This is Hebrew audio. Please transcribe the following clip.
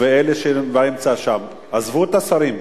ואלה שבאמצע שם, עזבו את השרים.